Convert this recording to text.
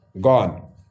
gone